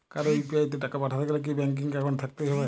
কারো ইউ.পি.আই তে টাকা পাঠাতে গেলে কি ব্যাংক একাউন্ট থাকতেই হবে?